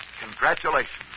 Congratulations